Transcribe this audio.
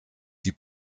die